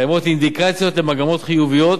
קיימות אינדיקציות למגמות חיוביות